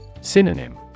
Synonym